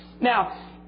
Now